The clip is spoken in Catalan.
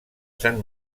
sant